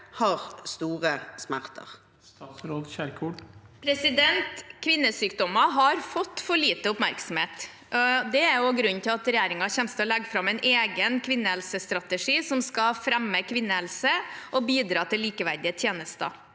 Kjerkol Kvinnesyk- dommer har fått for lite oppmerksomhet, og det er også grunnen til at regjeringen kommer til å legge fram en egen kvinnehelsestrategi, som skal fremme kvinnehelse og bidra til likeverdige tjenester.